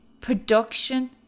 production